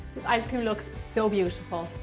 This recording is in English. this ice cream looks so beautiful.